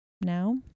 now